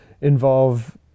involve